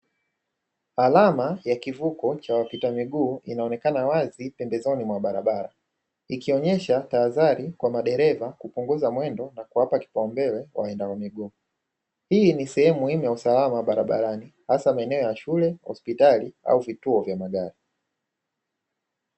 Alama ya kivuko cha wapita kwa miguu inaonekana wazi pembezoni mwa barabara, ikionyesha tahadhari kwa madereva kupunguza mwendo na kuwapa kipaumbele waenda kwa miguu, Hii ni sehemu muhimu ya usalama barabarani, hasa maeneo ya shule, hospitali au vituo vya magari.